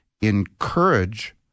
encourage